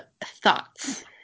thoughts